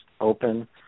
open